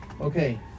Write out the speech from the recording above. Okay